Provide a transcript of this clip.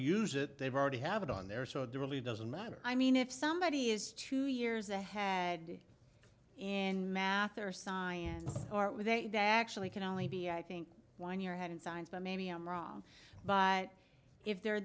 use it they've already have it on there so there really doesn't matter i mean if somebody is two years ahead in math or science or art with a guy actually can only be i think one your head in science but maybe i'm wrong but if they're